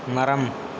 மரம்